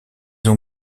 ont